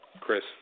Chris